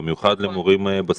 במיוחד למורים בסיכון,